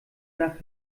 nach